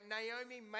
Naomi